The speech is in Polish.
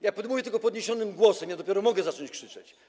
Ja mówię tylko podniesionym głosem, ja dopiero mogę zacząć krzyczeć.